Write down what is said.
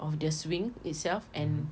of the swing itself and